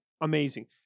amazing